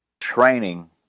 training